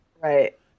right